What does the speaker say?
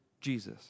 Jesus